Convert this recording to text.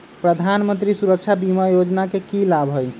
प्रधानमंत्री सुरक्षा बीमा योजना के की लाभ हई?